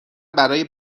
برای